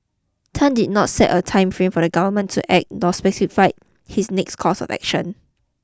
Tan did not set a time frame for the government to act nor specified his next course of action